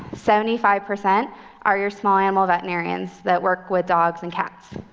seventy five percent are your small animal veterinarians that work with dogs and cats.